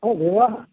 विवाहः